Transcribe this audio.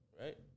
Right